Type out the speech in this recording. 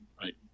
Right